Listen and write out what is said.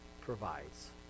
provides